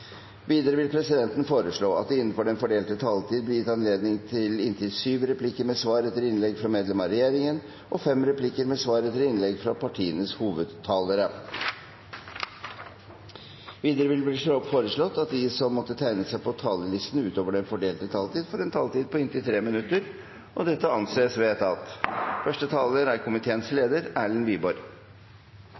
Videre vil presidenten foreslå at det – innenfor den fordelte taletid – blir gitt anledning til inntil syv replikker med svar etter innlegg fra medlemmer av regjeringen og fem replikker med svar etter innlegg fra partienes hovedtalere. Videre foreslås det at de som måtte tegne seg på talerlisten utover den fordelte taletid, får en taletid på inntil 3 minutter. – Det anses vedtatt. Da er